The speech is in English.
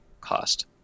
cost